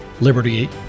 liberty